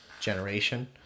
generation